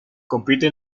compite